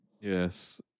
yes